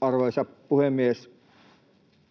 Arvoisa puhemies!